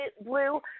blue